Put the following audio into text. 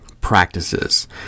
practices